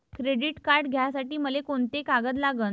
Credit card घ्यासाठी मले कोंते कागद लागन?